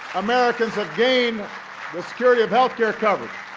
americans have gained the security of health care coverage.